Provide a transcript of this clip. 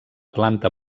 planta